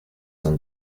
son